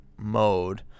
Mode